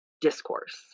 discourse